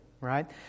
right